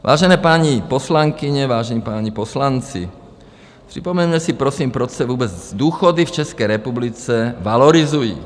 Vážené paní poslankyně, vážení páni poslanci, připomeňme si prosím, proč se vůbec důchody v České republice valorizují.